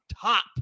top